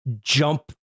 jump